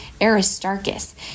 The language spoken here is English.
Aristarchus